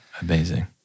Amazing